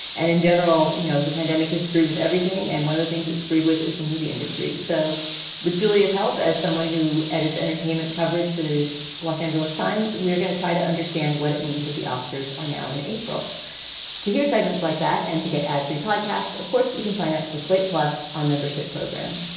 and in general, you know, the pandemic is screwed with everything. and one of the things it screwed with is the movie industry. so with julia's help as someone who edits entertainment coverage for the los angeles times, we are going to try to understand what it means that the oscars are now in april to hear segments like that and to get ad free podcasts. of course, you can sign up for slate. plus our membership program.